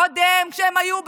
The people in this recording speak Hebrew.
קודם, כשהם היו בשלטון,